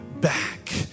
back